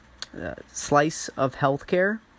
sliceofhealthcare